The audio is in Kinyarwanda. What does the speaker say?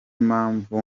mpamvu